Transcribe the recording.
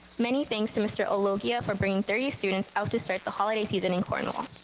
many thanks to mr. ologia for bringing thirty students out to start the holiday season in cornwall.